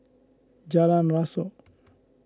Jalan Rasok